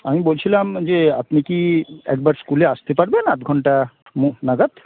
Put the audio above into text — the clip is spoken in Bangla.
আমি বলছিলাম যে আপনি কি একবার স্কুলে আসতে পারবেন আধঘণ্টা নাগাদ